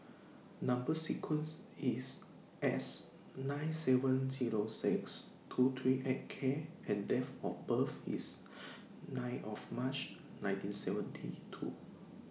Number sequence IS S nine seven Zero six two three eight K and Date of birth IS nine of March nineteen seventy two